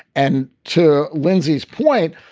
and to lindsay's point,